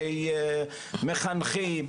למחנכים,